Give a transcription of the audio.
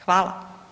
Hvala.